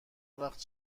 وقت